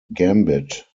gambit